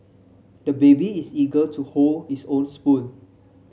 the baby is eager to hold his own spoon